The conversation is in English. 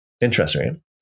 Interesting